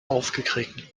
aufgetreten